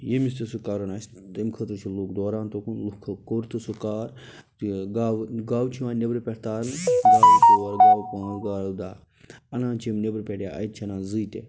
ییٚمِس تہِ سُہ کَرُن آسہِ تَمہِ خٲطرٕ چھِ لوٗکھ دوران تُکُن لوکوٚو کوٚر تہِ سُہ کار یہِ گاوٕ گاوٕ چھِ یِوان نیٚبرٕ پٮ۪ٹھ تارنہٕ گاوٕ ژور گاوٕ پانژھ گاوٕ دَہ انان چھِ یِم نیٚبرٕ پٮ۪ٹھ یا اجہِ چھ انان زٕے تہِ